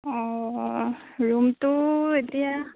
অঁ ৰুমটো এতিয়া